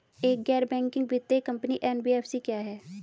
एक गैर बैंकिंग वित्तीय कंपनी एन.बी.एफ.सी क्या है?